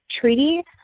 treaty